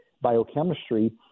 biochemistry